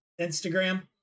Instagram